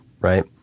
right